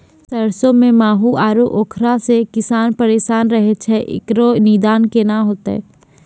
सरसों मे माहू आरु उखरा से किसान परेशान रहैय छैय, इकरो निदान केना होते?